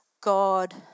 God